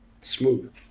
smooth